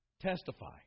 testify